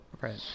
Right